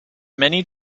many